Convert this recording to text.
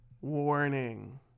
warning